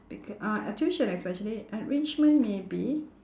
becau~ uh tuition especially enrichment maybe